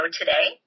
today